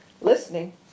listening